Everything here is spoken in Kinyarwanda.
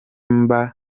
mba